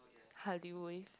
how do you weigh